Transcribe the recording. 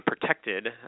protected